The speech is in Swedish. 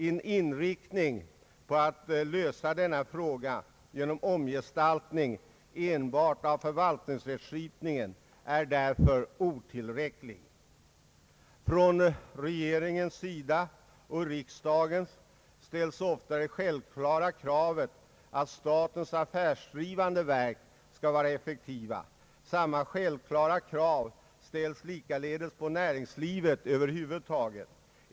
En inriktning på att lösa denna fråga genom en omgestaltning enbart av förvalt ningsrättskipningen är därför otillräcklig. Regeringen och riksdagen ställer ofta det självklara kravet att statens affärsdrivande verk skall vara effektiva. Samma självklara krav ställs likaledes på näringslivet över huvud taget.